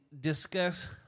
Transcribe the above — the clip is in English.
discuss